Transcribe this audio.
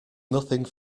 nothing